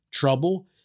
Trouble